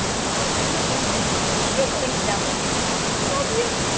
i don't really feel like wearing makeup today. here's a link to download facetune, love you!